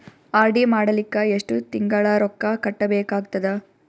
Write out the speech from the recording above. RD ಮಾಡಲಿಕ್ಕ ಎಷ್ಟು ತಿಂಗಳ ರೊಕ್ಕ ಕಟ್ಟಬೇಕಾಗತದ?